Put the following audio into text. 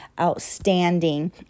outstanding